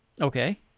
Okay